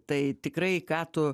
tai tikrai ką tu